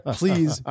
please